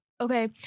okay